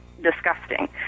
disgusting